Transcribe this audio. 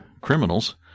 criminals